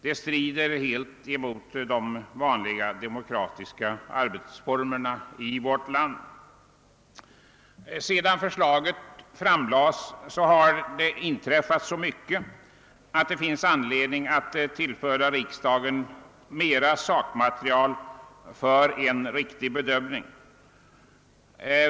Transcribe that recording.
Det strider helt mot de vanliga demokratiska arbetsformerna i vårt land. Sedan förslaget framlades har det inträffat så mycket att det finns anledning att tillföra riksdagen mer sakmaterial för en riktig bedömning.